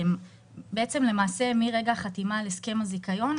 בעצם למעשה מרגע החתימה על הסכם הזיכיון,